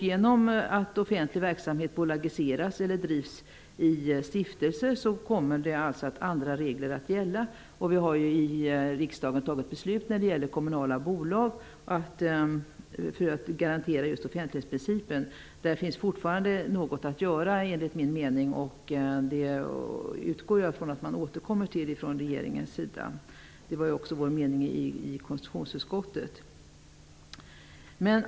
Genom att offentlig verksamhet bolagiseras eller drivs i stiftelseform kommer andra regler att gälla, och vi har i riksdagen fattat beslut för att garantera offentlighetsprincipen i kommunala bolag. Där finns enligt min mening fortfarande en del att göra, och jag utgår ifrån att regeringen skall återkomma till detta. Det var också vår mening i konstitutionsutskottet.